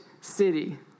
city